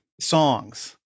songs